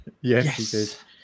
yes